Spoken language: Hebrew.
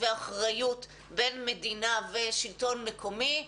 ואחריות הוא בין מדינה ושלטון מקומי.